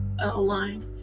aligned